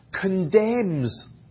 condemns